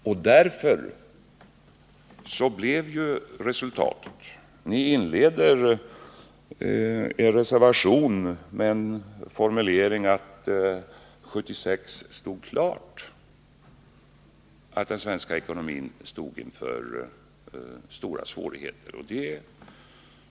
Ni inleder er reservation med en formulering om att det redan 1976 stod klart att den svenska ekonomin stod inför stora svårigheter.